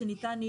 החלק האחד.